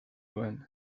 duen